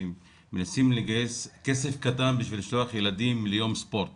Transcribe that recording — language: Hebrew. שמנסים לגייס כסף קטן כדי לשלוח ילדים ליום ספורט